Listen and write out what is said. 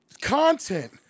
Content